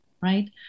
right